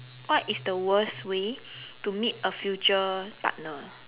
what is the worst way to meet a future partner